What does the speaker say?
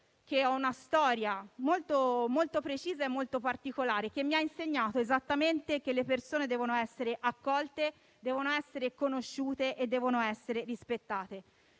che ho una storia molto molto precisa e molto particolare che mi ha insegnato esattamente che le persone devono essere accolte, devono essere